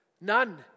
None